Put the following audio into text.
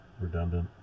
redundant